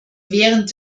während